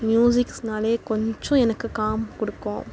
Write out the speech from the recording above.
மியூசிக்ஸ்னாலே கொஞ்சம் எனக்கு காம் கொடுக்கும்